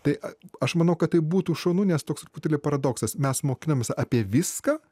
tai aš manau kad tai būtų šaunu nes toks truputėlį paradoksas mes mokinamės apie viską